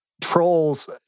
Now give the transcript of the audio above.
trolls